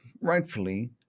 rightfully